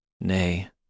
Nay